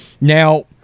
Now